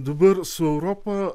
dabar su europa